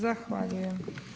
Zahvaljujem.